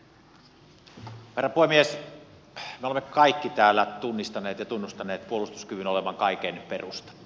me olemme kaikki täällä tunnistaneet ja tunnustaneet puolustuskyvyn olevan kaiken perusta